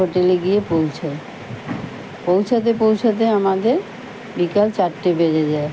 হোটেলে গিয়ে পৌঁছোয় পৌঁছাতে পৌঁছাতে আমাদের বিকাল চারটে বেড়ে যায়